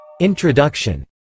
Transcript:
Introduction